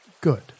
Good